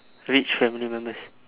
rich family members